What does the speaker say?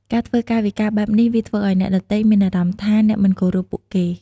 ការធ្វើកាយវិការបែបនេះ វាធ្វើឲ្យអ្នកដទៃមានអារម្មណ៍ថាអ្នកមិនគោរពពួកគេ។